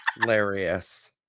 hilarious